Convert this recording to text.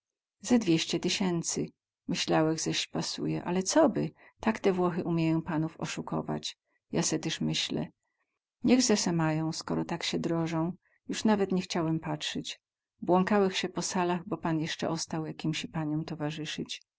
ze dwieście tysięcy myślałech ze śpasuje ale coby tak te włochy umieją panów osukować ja se tyz myślę niech ze se mają skoro sie tak drozą juz nawet nie chciałech patrzyć błąkałech sie po salach bo pan jesce ostał jakimsi paniom towarzysyć